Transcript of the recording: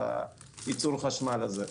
בייצור החשמל הזה.